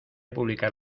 publicar